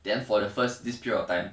then for the first this period of time